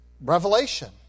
revelation